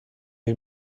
این